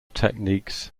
techniques